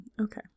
Okay